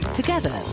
together